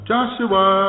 Joshua